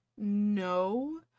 No